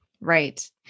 Right